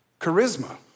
charisma